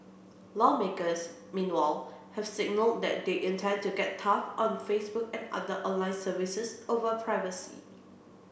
lawmakers meanwhile have signalled that they intend to get tough on Facebook and other online services over privacy